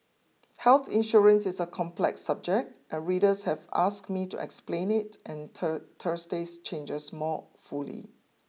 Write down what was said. health insurance is a complex subject and readers have asked me to explain it and Thursday's changes more fully